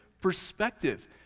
perspective